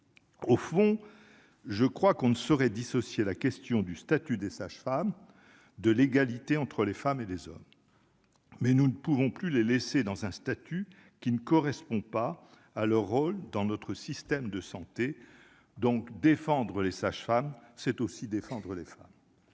au fond, je crois qu'on ne saurait dissocier la question du statut des sages-femmes de l'égalité entre les femmes et les hommes, mais nous ne pouvons plus les laisser dans un statut qui ne correspond pas à leur rôle dans notre système de santé donc défendre les sages-femmes, c'est aussi défendre les femmes,